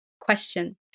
question